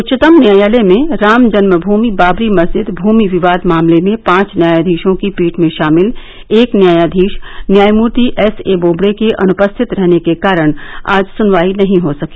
उच्चतम न्यायालय में रामजन्म भूमि बाबरी मस्जिद भूमि विवाद मामले में पांच न्यायाधीशों की पीठ में शामिल एक न्यायाधीश न्यायमूर्ति एस ए बोबड़े के अनुपस्थित रहने के कारण आज सुनवाई नही हो सकी